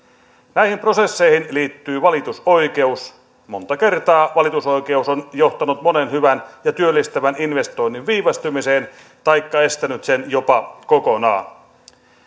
näihin prosesseihin liittyy valitusoikeus monta kertaa valitusoikeus on johtanut monen hyvän ja työllistävän investoinnin viivästymiseen taikka estänyt sen jopa kokonaan